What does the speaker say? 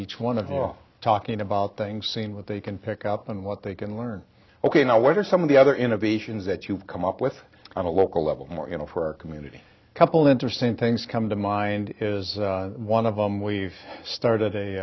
each one of talking about things seen what they can pick up and what they can learn ok now what are some of the other innovations that you've come up with on a local level more you know for our community couple interesting things come to mind is one of them we've started